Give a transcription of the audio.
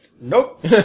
Nope